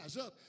up